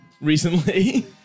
recently